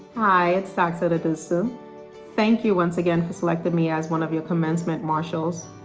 hi, it's dr. odedosu. thank you once again for selecting me as one of your commencement marshals.